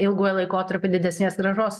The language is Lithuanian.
ilguoju laikotarpiu didesnės grąžos